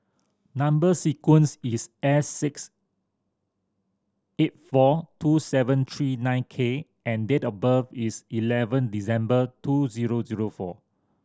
number sequence is S six eight four two seven three nine K and date of birth is eleven December two zero zero four